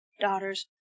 daughters